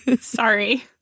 Sorry